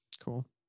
Cool